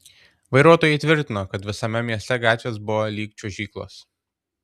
vairuotojai tvirtino kad visame mieste gatvės buvo lyg čiuožyklos